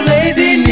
Lazy